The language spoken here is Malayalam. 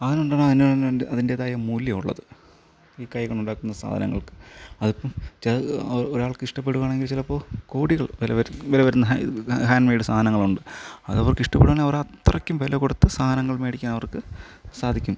അതുകൊണ്ടാണ് അതിന് അതിൻ്റെതായ മൂല്യമുള്ളത് ഈ കൈകൊണ്ട് ഉണ്ടാക്കുന്ന സാധനങ്ങൾ അതിപ്പം ചിലത് ഒരാൾക്ക് ഇഷ്ടപെടുവാണെങ്കിൽ ചിലപ്പോൾ കോടികൾ വില വരുന്ന വിലവരുന്ന ഹാൻഡ് മെയ്ഡ് സാധനങ്ങൾ ഉണ്ട് അത് അവർക്ക് ഇഷ്ടപെടുകയാണെങ്കിൽ അത്രക്കും വില കൊടുത്ത് സാധനങ്ങൾ മേടിക്കാൻ അവർക്ക് സാധിക്കും